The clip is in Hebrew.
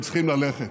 הם צריכים ללכת.